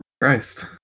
christ